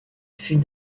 fut